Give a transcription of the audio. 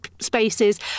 spaces